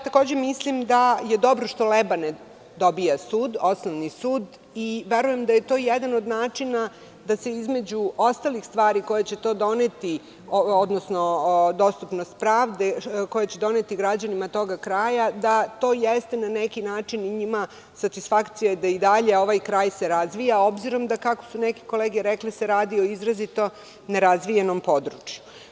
Takođe mislim da je dobro što Lebane dobija osnovni sud i verujem da je to jedan od načina da se, između ostalih stvari koje će doneti dostupnost pravde građanima tog kraja, da to jeste na neki način njima satisfakcija da se i dalje ovaj kraj razvija, obzirom da se, kako su neke kolege rekle, radi o izrazito nerazvijenom području.